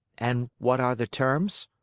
and what are the terms?